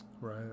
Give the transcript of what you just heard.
Right